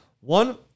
one